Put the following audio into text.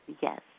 yes